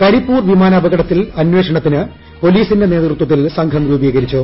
കരിപ്പൂർ വിമാനാപകടത്തിൽ അന്വേഷണത്തിന് പൊലീസിന്റെ നേതൃത്വത്തിൽ സംഘം രൂപികരിച്ചു